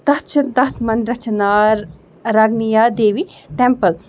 تَتھ چھِ تَتھ مندرَس چھِ ناو رنٛگنِیہ دیوی ٹٮ۪مپٕل